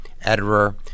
editor